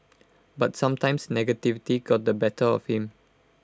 but sometimes negativity got the better of him